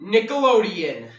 Nickelodeon